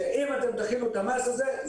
אם אתם תחילו את המס הזה,